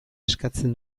eskatzen